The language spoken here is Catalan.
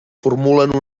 formulen